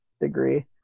degree